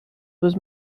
was